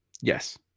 Yes